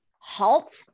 halt